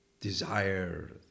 desire